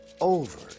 over